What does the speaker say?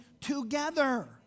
together